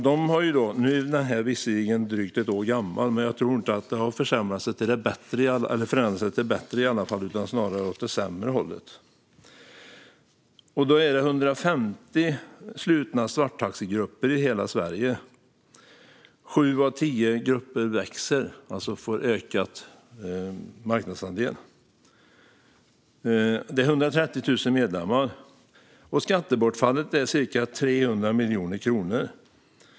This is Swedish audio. Den är visserligen drygt ett år gammal, men jag tror inte att det har förändrats till det bättre i alla fall, snarare till det sämre. Enligt utredningen är det 150 slutna svarttaxigrupper i hela Sverige. Sju av tio grupper växer - de får alltså ökade marknadsandelar. Det är 130 000 medlemmar. Skattebortfallet är ca 300 miljoner kronor.